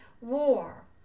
war